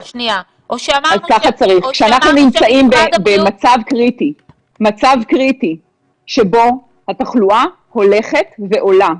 כשאנחנו נמצאים במצב קריטי שבו התחלואה הולכת ועולה,